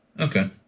Okay